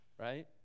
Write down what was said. right